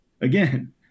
again